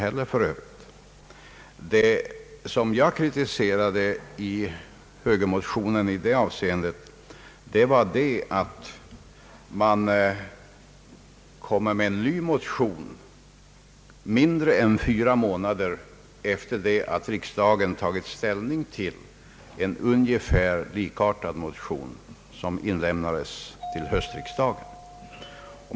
Vad jag kritiserade moderata samlingspartiet för var att man kommer med en ny motion mindre än fyra månader efter det att riksdagen har tagit ställning till en ungefär likartad motion vid höstriksdagen.